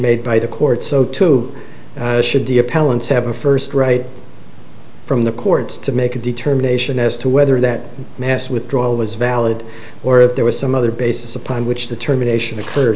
made by the court so too should the appellants have a first right from the courts to make a determination as to whether that mass withdrawal was valid or if there was some other basis upon which the terminations occur